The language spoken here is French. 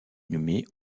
inhumé